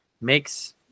Makes